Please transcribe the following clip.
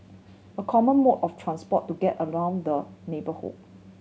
a common mode of transport to get around the neighbourhood